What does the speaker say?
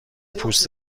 پوست